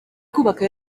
kubaka